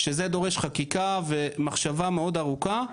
שזה דורש חקיקה ומחשבה מאוד ארוכה,